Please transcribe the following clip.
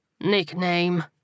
Nickname